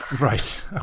Right